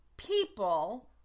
people